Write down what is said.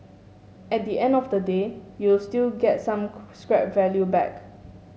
at the end of the day you'll still get some scrap value back